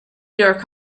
york